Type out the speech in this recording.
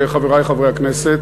חברי חברי הכנסת,